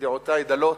שידיעותי דלות,